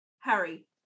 Harry